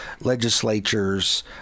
legislatures